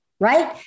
Right